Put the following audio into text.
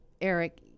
Eric